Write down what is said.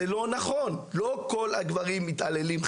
לא כל הגברים מתעללים,